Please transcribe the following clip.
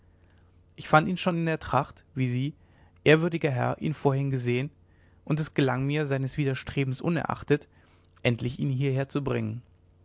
ich fand ihn schon in der tracht wie sie ehrwürdiger herr ihn vorhin gesehen und es gelang mir seines widerstrebens unerachtet endlich ihn hieher zu bringen